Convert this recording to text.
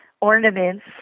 ornaments